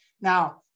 Now